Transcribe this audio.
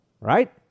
right